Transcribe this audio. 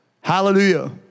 Hallelujah